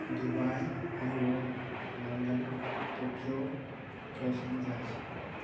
Dubai New York London Tokyo Los Angeles